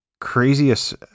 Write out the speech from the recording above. craziest